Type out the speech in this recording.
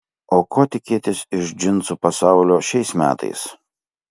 o ko tikėtis iš džinsų pasaulio šiais metais